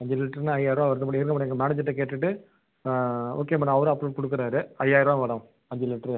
அஞ்சு லிட்டருனா ஐயாயரருவா வருது மேடம் இருங்கள் மேடம் எங்கள் மேனேஜர்கிட்ட கேட்டுட்டு ஓகே மேடம் அவரும் அப்ரூடு கொடுக்குறாரு ஐயாயரருவா மேடம் அஞ்சு லிட்டரு